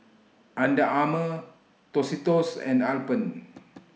Under Armour Tostitos and Alpen